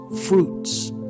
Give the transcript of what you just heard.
fruits